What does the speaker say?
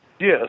Yes